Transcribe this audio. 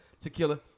Tequila